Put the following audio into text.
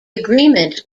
agreement